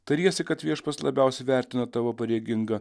tariesi kad viešpats labiausiai vertina tavo pareigingą